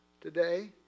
today